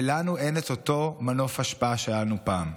ולנו אין את אותו מנוף השפעה שהיה לנו פעם,